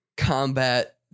Combat